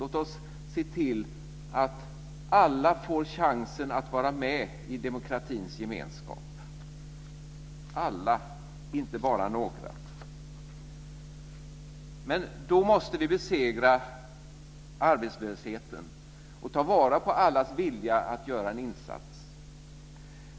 Låt oss se till att alla får chansen att vara med i demokratins gemenskap - alla, inte bara några. Då måste vi besegra arbetslösheten och ta vara på allas vilja att göra en insats.